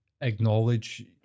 acknowledge